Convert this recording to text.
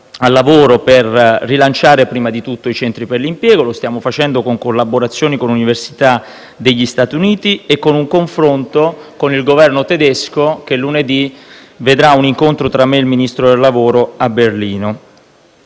al lavoro per rilanciare prima di tutto i centri per l'impiego: lo stiamo facendo con collaborazioni con università degli Stati Uniti e con un confronto con il Governo tedesco, infatti lunedì vi sarà un incontro tra me e il Ministro del lavoro a Berlino.